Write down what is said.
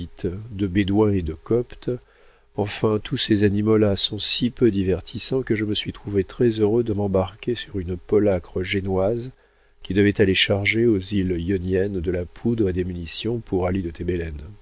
de bédouins et de cophtes enfin tous ces animaux-là sont si peu divertissants que je me suis trouvé très heureux de m'embarquer sur une polacre génoise qui devait aller charger aux îles ioniennes de la poudre et des munitions pour ali de